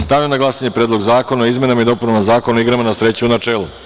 Stavljam na glasanje Predlog zakona o izmenama i dopunama Zakona o igrama na sreću, u načelu.